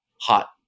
hot